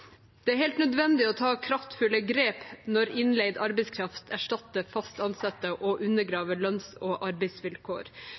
Det er helt nødvendig å ta kraftfulle grep når innleid arbeidskraft erstatter fast ansatte og